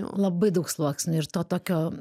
labai daug sluoksnių ir to tokio